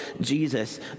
Jesus